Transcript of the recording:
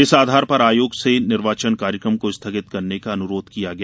इस आधार पर आयोग से निर्वाचन कार्यक्रम को स्थगित करने का अनुरोध किया गया